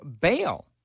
bail